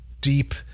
deep